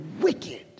wicked